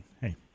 Hey